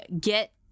get